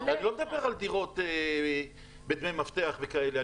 אני לא מדבר על דירות בדמי מפתח וכאלה,